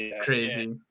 crazy